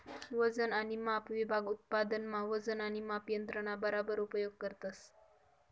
वजन आणि माप विभाग उत्पादन मा वजन आणि माप यंत्रणा बराबर उपयोग करतस